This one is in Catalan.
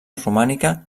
romànica